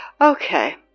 Okay